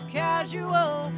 casual